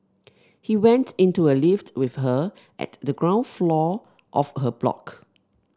he went into a lift with her at the ground floor of her block